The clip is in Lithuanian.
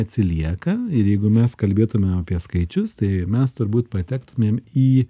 atsilieka ir jeigu mes kalbėtume apie skaičius tai mes turbūt patektume į